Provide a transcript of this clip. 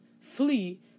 flee